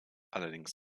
allerdings